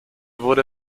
wurde